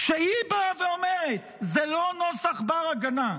כשהיא באה ואומרת: זה לא נוסח בר-הגנה,